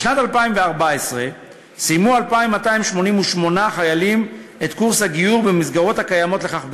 בשנת 2014 סיימו 2,288 חיילים את קורס הגיור במסגרות הקיימות לכך בצה"ל,